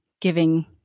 giving